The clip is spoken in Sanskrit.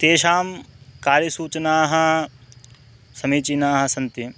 तेषां कार्यसूचनाः समीचीनाः सन्ति